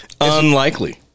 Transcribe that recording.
Unlikely